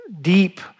deep